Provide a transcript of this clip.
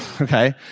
okay